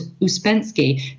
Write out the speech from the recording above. Uspensky